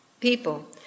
people